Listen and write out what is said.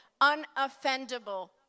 unoffendable